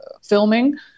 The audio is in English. filming